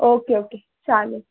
okay okay चालेल